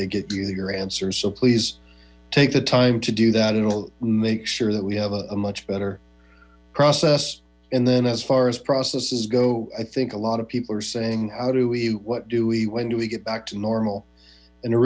they get your answers so please take the time to do that and make sure that we have a much better process and then as far as processes go i think a lot of people are saying how do we what do we when we get back to normal